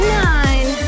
nine